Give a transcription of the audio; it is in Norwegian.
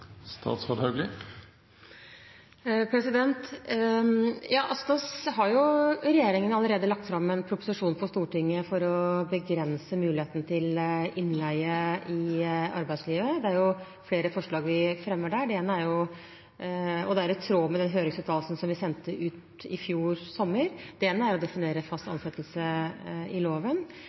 har jo allerede lagt fram en proposisjon for Stortinget for å begrense muligheten til innleie i arbeidslivet. Det er flere forslag vi fremmer der. Det ene er – og det er i tråd med den høringsuttalelsen vi sendte ut i fjor sommer – å definere fast ansettelse i loven,